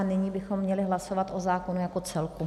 Nyní bychom měli hlasovat o zákonu jako celku.